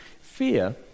Fear